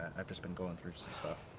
i've just been going through some stuff.